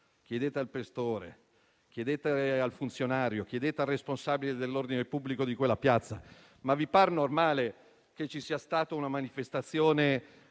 chiedete al questore, chiedete al funzionario, chiedete al responsabile dell'ordine pubblico di quella piazza. Ma vi pare normale che ci sia stata una manifestazione